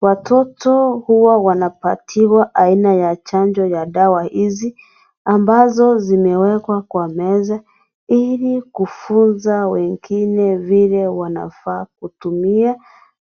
Watoto huwa wanapatiwa aina ya chanjo ya dawa hizi ambazo zimewekwa kwa meza ili kufunza wengine vile wanafaa kutumia